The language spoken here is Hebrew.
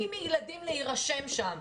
הם מונעים מילדים להירשם שם.